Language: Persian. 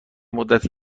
مدت